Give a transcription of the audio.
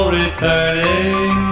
returning